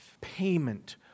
payment